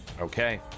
Okay